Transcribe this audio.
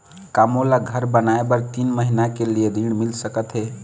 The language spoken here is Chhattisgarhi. का मोला घर बनाए बर तीन महीना के लिए ऋण मिल सकत हे?